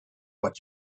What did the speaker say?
what